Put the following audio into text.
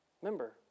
Remember